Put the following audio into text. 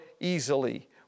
easily